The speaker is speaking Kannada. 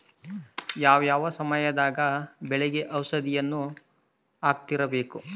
ಯಾವ ಯಾವ ಸಮಯದಾಗ ಬೆಳೆಗೆ ಔಷಧಿಯನ್ನು ಹಾಕ್ತಿರಬೇಕು?